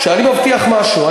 כשאני מבטיח משהו,